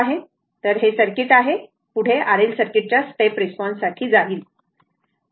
तर हे सर्किट आहे हे पुढे R L सर्किटच्या स्टेप रिस्पॉन्स साठी जाईल